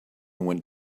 went